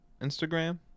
Instagram